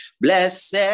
Blessed